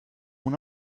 una